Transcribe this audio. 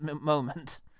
moment